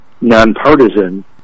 nonpartisan